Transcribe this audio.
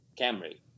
Camry